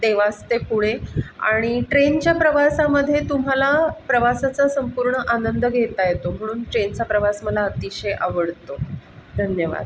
देवास ते पुणे आणि ट्रेनच्या प्रवासामध्ये तुम्हाला प्रवासाचा संपूर्ण आनंद घेता येतो म्हणून ट्रेनचा प्रवास मला अतिशय आवडतो धन्यवाद